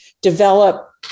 develop